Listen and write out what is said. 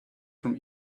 from